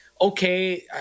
okay